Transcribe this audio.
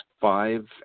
five